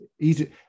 easy